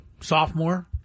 sophomore